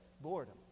Boredom